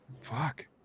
fuck